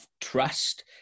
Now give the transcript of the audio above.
trust